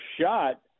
shot